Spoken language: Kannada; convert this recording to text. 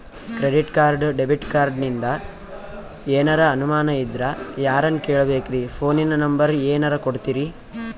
ಕ್ರೆಡಿಟ್ ಕಾರ್ಡ, ಡೆಬಿಟ ಕಾರ್ಡಿಂದ ಏನರ ಅನಮಾನ ಇದ್ರ ಯಾರನ್ ಕೇಳಬೇಕ್ರೀ, ಫೋನಿನ ನಂಬರ ಏನರ ಕೊಡ್ತೀರಿ?